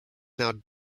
now